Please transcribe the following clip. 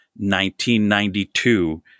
1992